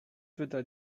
wyda